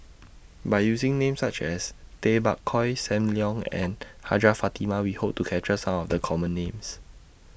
By using Names such as Tay Bak Koi SAM Leong and Hajjah Fatimah We Hope to capture Some of The Common Names